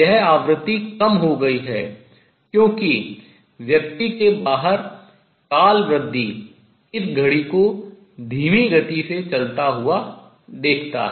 यह आवृत्ति कम हो गई है क्योंकि व्यक्ति के बाहर काल वृद्धि इस घड़ी को धीमी गति से चलता हुआ देखता है